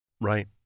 right